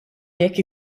jekk